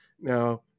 Now